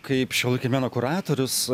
kaip šiuolaikinio meno kuratorius